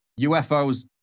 UFOs